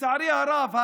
לצערי הרב,